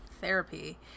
therapy